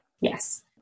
Yes